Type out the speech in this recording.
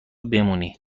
بمونی